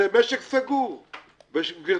יש כאן סוגיה של ויכוח מקצועי שיכול שיהיה.